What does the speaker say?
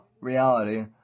reality